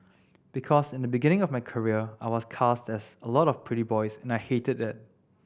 because in the beginning of my career I was cast as a lot of pretty boys and I hated that